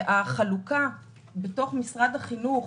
והחלוקה בתוך משרד החינוך